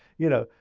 you know,